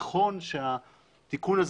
נכון שהתיקון הזה